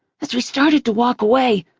as we started to walk away,